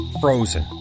frozen